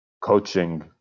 coaching